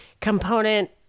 component